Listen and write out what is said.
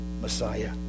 Messiah